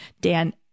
Dan